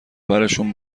برشون